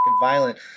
violent